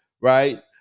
right